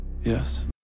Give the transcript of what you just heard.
Yes